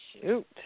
Shoot